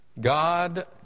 God